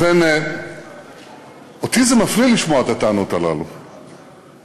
ובכן, אותי זה מפליא לשמוע את הטענות הללו מכם,